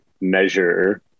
measure